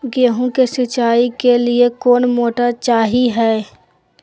गेंहू के सिंचाई के लिए कौन मोटर शाही हाय?